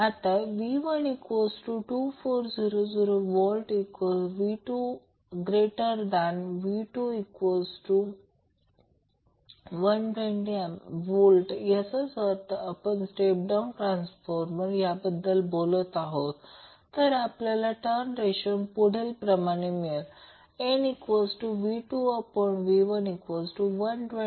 आत्ता V12400VV2120Vयाचाच अर्थ आपण स्टेप डाउन ट्रांसफार्मर बद्दल बोलत आहोत तर आपल्याला टन्स रेशो पुढीलप्रमाणे मिळेल nV2V112024000